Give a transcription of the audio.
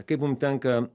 kaip mum tenka